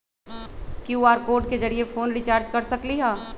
QR code के जरिय phone recharge कर सकली ह?